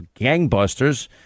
gangbusters